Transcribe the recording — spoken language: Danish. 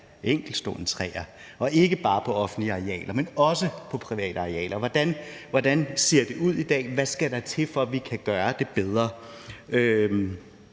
enkeltstående træer – og ikke bare på offentlige arealer, men også på private arealer. Hvordan ser det ud i dag? Hvad skal der til, for at vi kan gøre det bedre?